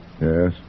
Yes